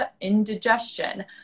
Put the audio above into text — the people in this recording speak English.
indigestion